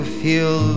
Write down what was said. feel